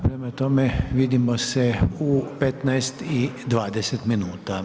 Prema tome vidimo se u 15 i 20 minuta.